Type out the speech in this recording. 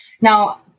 Now